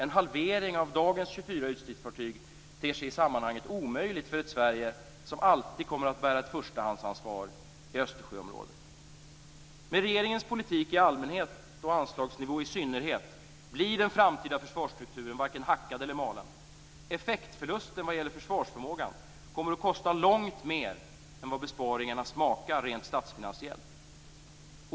En halvering av dagens 24 ytstridsfartyg ter sig i sammanhanget omöjlig för ett Sverige som alltid kommer att bära ett förstahandsansvar i Östersjöområdet. Med regeringens politik i allmänhet och anslagsnivå i synnerhet blir den framtida försvarsstrukturen varken hackad eller malen. Effektförlusten vad gäller försvarsförmågan kommer att kosta långt mer än vad besparingarna smakar rent statsfinansiellt.